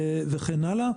וכן הלאה.